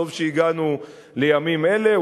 טוב שהגענו לימים אלה,